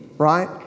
Right